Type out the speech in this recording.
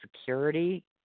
security